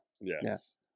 Yes